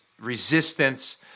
resistance